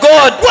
God